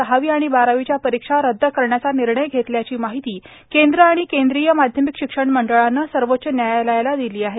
दहावी आणि बारावीच्या परीक्षा रद्द करण्याचा निर्णय घेतल्याची माहिती केंद्र आणि केंद्रीय माध्यमिक शिक्षण मंडळाने सर्वोच्च न्यायालयाला दिली आहे